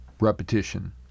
Repetition